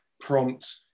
Prompt